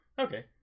Okay